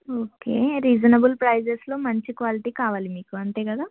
okay reasonable ప్రైజస్లో మంచి quality కావాలి మీకు అంతే కదా